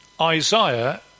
Isaiah